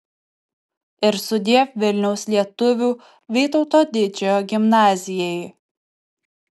ir sudiev vilniaus lietuvių vytauto didžiojo gimnazijai